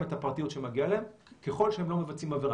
הפרטיות שמגיעה להם ככל שהם לא מבצעים עבירה.